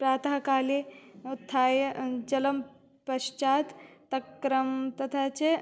प्रातः काले उत्थाय जलं पश्चात् तक्रं तथा च